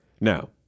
Now